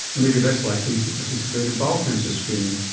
may be less likely to participate in bowel cancer screening.